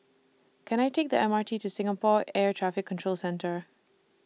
Can I Take The M R T to Singapore Air Traffic Control Centre